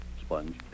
Sponge